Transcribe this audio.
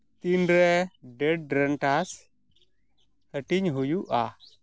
ᱛᱤᱱ ᱨᱮ ᱰᱤᱣᱴᱰᱨᱮᱱᱴᱚᱥ ᱦᱟᱹᱴᱤᱧ ᱦᱩᱭᱩᱜᱼᱟ